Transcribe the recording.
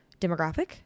demographic